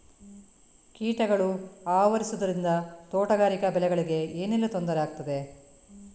ಕೀಟಗಳು ಆವರಿಸುದರಿಂದ ತೋಟಗಾರಿಕಾ ಬೆಳೆಗಳಿಗೆ ಏನೆಲ್ಲಾ ತೊಂದರೆ ಆಗ್ತದೆ?